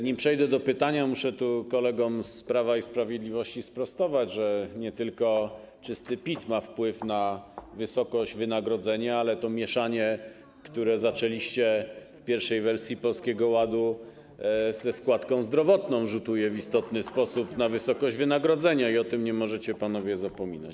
Nim przejdę do pytania, muszę kolegom z Prawa i Sprawiedliwości sprostować: nie tylko czysty PIT ma wpływ na wysokość wynagrodzenia, ale to mieszanie, które zaczęliście w pierwszej wersji Polskiego Ładu ze składką zdrowotną, rzutuje w istotny sposób na wysokość wynagrodzenia, i o tym nie możecie panowie zapominać.